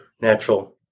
natural